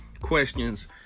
questions